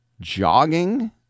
jogging